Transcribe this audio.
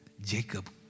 Jacob